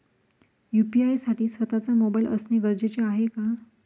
UPI साठी स्वत:चा mobile असणे गरजेचे आहे का?